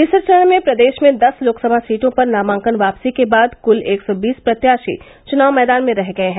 तीसरे चरण में प्रदेश में दस लोकसभा सीटों पर नामांकन वापसी के बाद कुल एक सौ बीस प्रत्याशी चुनाव मैदान में रह गये हैं